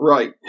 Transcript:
Right